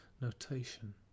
notation